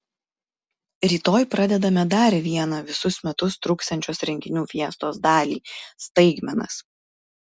rytoj pradedame dar vieną visus metus truksiančios renginių fiestos dalį staigmenas